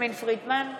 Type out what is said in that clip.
יסמין פרידמן,